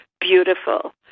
beautiful